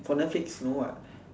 for netflix no what